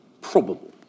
probable